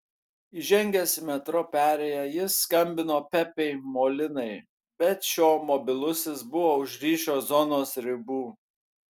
įžengęs į metro perėją jis skambino pepei molinai bet šio mobilusis buvo už ryšio zonos ribų